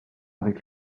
avec